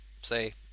say